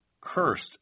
Cursed